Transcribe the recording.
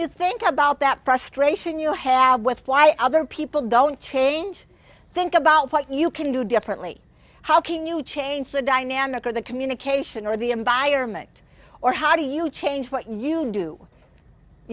you think about that frustration you had with why other people don't change think about what you can do differently how can you change the dynamic or the communication or the environment or how do you change what you do